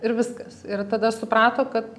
ir viskas ir tada suprato kad